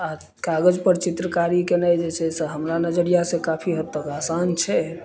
आ कागज पर चित्रकारी केनाइ जे छै से हमरा नजरिया से काफी हद तक आसान छै